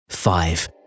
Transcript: Five